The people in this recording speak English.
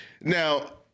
now